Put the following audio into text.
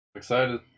Excited